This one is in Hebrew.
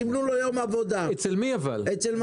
סימנו לו יום עבודה אצל מעסיק.